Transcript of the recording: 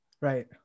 Right